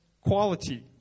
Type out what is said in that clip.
quality